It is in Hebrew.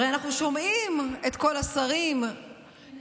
הרי אנחנו שומעים את כל השרים חסרי